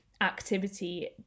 activity